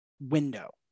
window